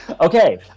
Okay